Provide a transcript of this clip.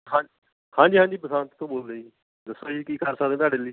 ਹਾ ਹਾਂਜੀ ਹਾਂਜੀ ਬਸੰਤ ਤੋਂ ਬੋਲ ਰਿਹਾਂ ਜੀ ਦੱਸੋ ਜੀ ਕੀ ਕਰ ਸਕਦੇ ਤੁਹਾਡੇ ਲਈ